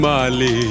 Mali